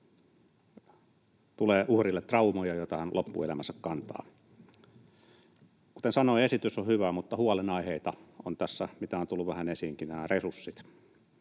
tulee traumoja, joita hän loppuelämänsä kantaa. Kuten sanoin, esitys on hyvä, mutta huolenaiheena tässä ovat, mikä on tullut vähän esiinkin, nämä resurssit.